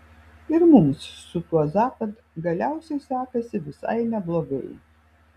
ir mums su tuo zapad galiausiai sekasi visai neblogai